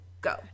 Go